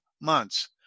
months